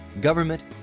government